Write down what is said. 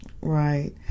Right